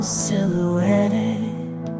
silhouetted